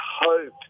hope